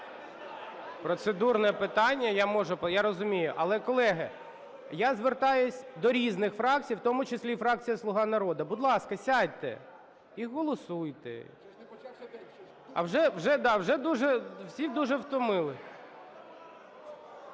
Процедурне питання, я можу… я розумію. Але, колеги, я звертаюсь до різних фракцій, в тому числі і фракція "Слуга народу". Будь ласка, сядьте і голосуйте. А вже всі дуже втомились…